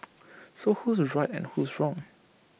so who's right and who's wrong